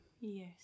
Yes